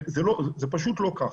זה פשוט לא ככה.